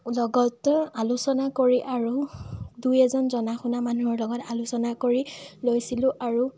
লগতো আলোচনা কৰি আৰু দুই এজন জনা শুনা মানুহৰ লগত আলোচনা কৰি লৈছিলোঁ আৰু